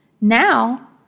Now